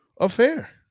affair